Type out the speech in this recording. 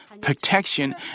protection